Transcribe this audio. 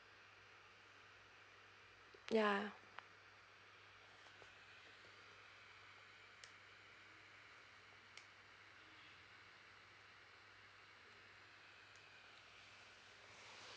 ya